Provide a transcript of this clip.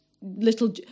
little